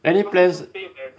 any plans